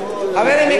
חברים יקרים,